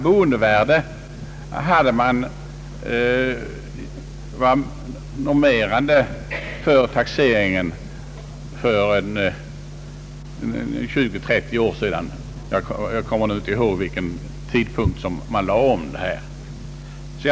Boendevärdet var normerande för taxeringen för 20—30 år sedan; jag kommer inte ihåg vid vilken tidpunkt man lade om dessa normer.